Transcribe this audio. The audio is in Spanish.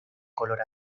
color